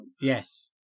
yes